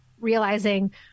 realizing